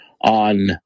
on